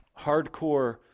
hardcore